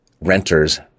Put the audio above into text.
renters